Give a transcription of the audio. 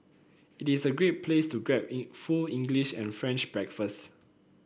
it is a great place to grab in full English and French breakfast